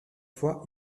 fois